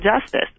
justice